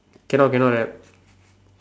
cannot cannot have